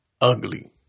ugly